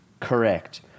Correct